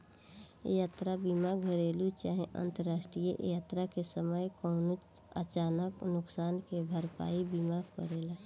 यात्रा बीमा घरेलु चाहे अंतरराष्ट्रीय यात्रा के समय कवनो अचानक नुकसान के भरपाई बीमा करेला